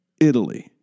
Italy